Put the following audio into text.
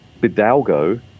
Bidalgo